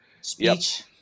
speech